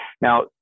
Now